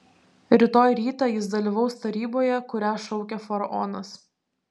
rytoj rytą jis dalyvaus taryboje kurią šaukia faraonas